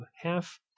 half